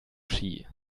ski